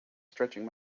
stretching